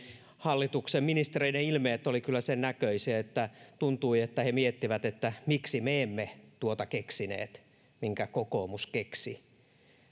hallituksen ministereiden ilmeet olivat kyllä sen näköisiä että tuntui että he miettivät että miksi me emme tuota keksineet minkä kokoomus keksi